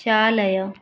चालय